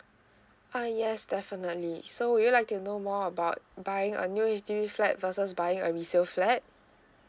uh yes definitely so would you like to know more about buying a new H_D_B flat versus buying a resale flat